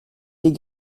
les